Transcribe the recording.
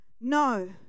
No